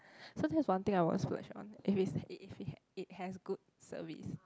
so that's one thing I will splurge on if it's if it had it has good service